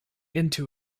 into